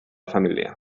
família